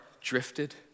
drifted